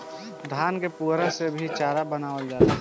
धान के पुअरा से भी चारा बनावल जाला